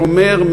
שומר,